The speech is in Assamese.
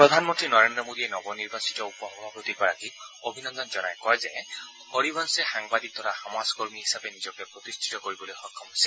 প্ৰধানমন্ত্ৰী নৰেন্দ্ৰী মোদীয়ে নব নিৰ্বাচিত উপ সভাপতিগৰাকীক অভিনন্দন জনাই কয় যে হৰিবংশে সাংবাদিক অথবা সমাজকৰ্মী হিচাপে নিজকে প্ৰতিষ্ঠিত কৰিবলৈ সক্ষম হৈছে